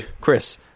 Chris